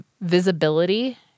visibility